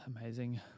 amazing